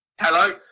Hello